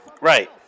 Right